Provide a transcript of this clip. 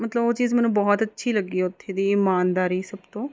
ਮਤਲਬ ਉਹ ਚੀਜ਼ ਮੈਨੂੰ ਬਹੁਤ ਅੱਛੀ ਲੱਗੀ ਉੱਥੇ ਦੀ ਇਮਾਨਦਾਰੀ ਸਭ ਤੋਂ